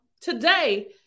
Today